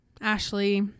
Ashley